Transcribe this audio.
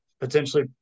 potentially